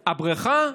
הבריכה,